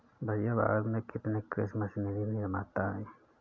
भैया भारत में कितने कृषि मशीनरी निर्माता है?